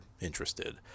interested